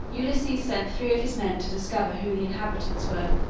ulysses sent three of his men to discover who the inhabitants were.